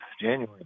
January